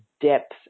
depth